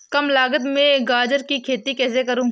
कम लागत में गाजर की खेती कैसे करूँ?